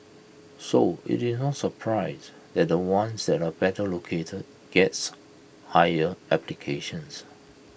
so IT is no surprise that the ones that are better located gets higher applications